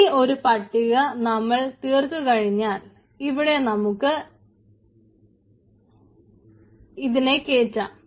ഈ ഒരു പട്ടിക നമ്മൾ തീർത്തു കഴിഞ്ഞാൽ ഇതിനെ നമുക്ക് ഇവിടെ കയറ്റാം